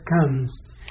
comes